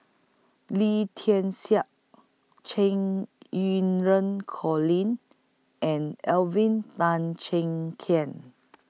Lee Tian Siak Cheng Colin and Alvin Tan Cheong Kheng